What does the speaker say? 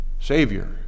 Savior